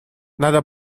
надо